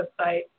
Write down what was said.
website